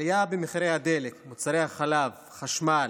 עלייה במחירי הדלק, מוצרי החלב, החשמל,